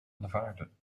aanvaarden